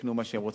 יקנו מה שהם,